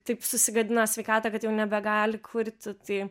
taip susigadina sveikatą kad jau nebegali kurti tai